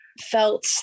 felt